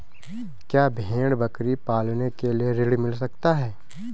क्या भेड़ बकरी पालने के लिए ऋण मिल सकता है?